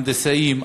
הנדסאים,